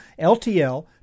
LTL